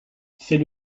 c’est